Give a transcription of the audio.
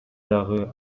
дагы